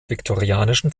viktorianischen